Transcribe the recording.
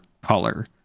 color